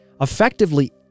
effectively